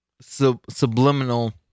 subliminal